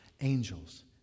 angels